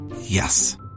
Yes